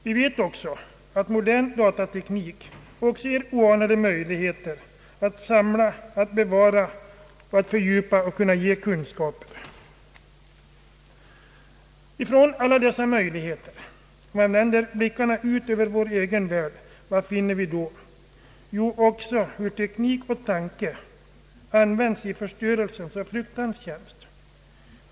Vi vet också att modern datateknik ger oanade möjligheter att samla, bevara, fördjupa och ge kunskap. Om vi vänder blickarna ut över vår värld, vad finner vi då? Jo hur teknik och tanke också används till förstörelse som ger fruktan.